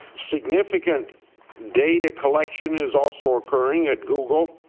significant data collection is also occurring at google,